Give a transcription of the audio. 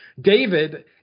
David